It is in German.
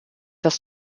das